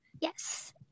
Yes